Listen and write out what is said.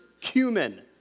cumin